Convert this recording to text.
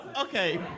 Okay